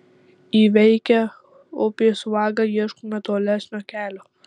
įveikę upės vagą ieškome tolesnio kelio